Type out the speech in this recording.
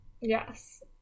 yes